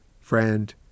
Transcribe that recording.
friend